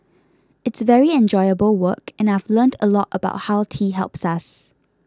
it's very enjoyable work and I've learnt a lot about how tea helps us